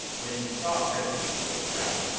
when he saw renfield on the ground,